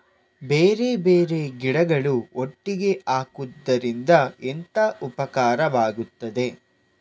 ಬೇರೆ ಬೇರೆ ಗಿಡಗಳು ಒಟ್ಟಿಗೆ ಹಾಕುದರಿಂದ ಎಂತ ಉಪಕಾರವಾಗುತ್ತದೆ?